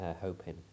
hoping